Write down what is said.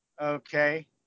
Okay